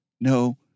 No